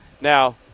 Now